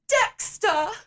Dexter